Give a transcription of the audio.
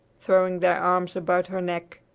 throwing their arms about her neck.